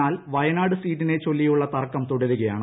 എന്നാൽ വയനാട് സീറ്റിനെ ചൊല്ലിയുള്ള തർക്കം തുടരുകയാണ്